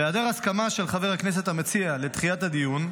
בהיעדר הסכמה של חבר הכנסת המציע לדחיית הדיון,